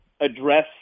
address